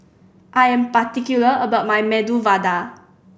I am particular about my Medu Vada